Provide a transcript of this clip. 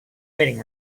waiting